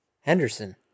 Henderson